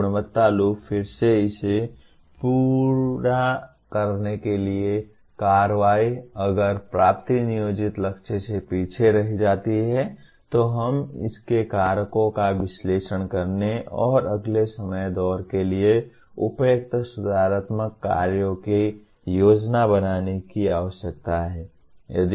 तो गुणवत्ता लूप फिर से इसे पूरा करने के लिए कार्रवाई अगर प्राप्ति नियोजित लक्ष्य से पीछे रह जाती है तो हमें इसके कारणों का और विश्लेषण करने और अगले समय दौर के लिए उपयुक्त सुधारात्मक कार्यों की योजना बनाने की आवश्यकता है